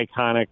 Iconic